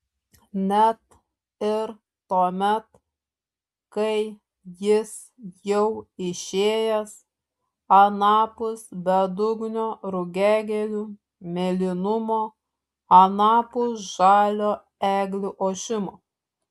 net ir tuomet kai jis jau išėjęs anapus bedugnio rugiagėlių mėlynumo anapus žalio eglių ošimo